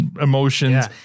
emotions